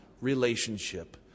relationship